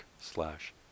slash